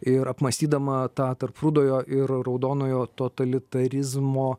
ir apmąstydama tą tarp rudojo ir raudonojo totalitarizmo